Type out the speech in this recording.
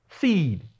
seed